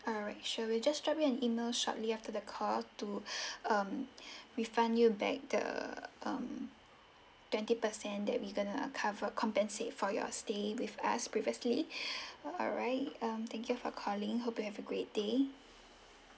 alright sure we'll just drop you an email shortly after the call to um refund you back the um twenty percent that we gonna cover compensate for your stay with us previously alright um thank you for calling hope you have a great day